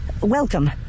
welcome